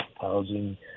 housing